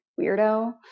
weirdo